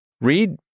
Read